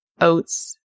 oats